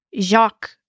Jacques